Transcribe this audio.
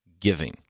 giving